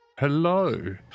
Hello